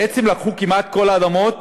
בעצם לקחו כמעט את כל האדמות